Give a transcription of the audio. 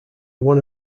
one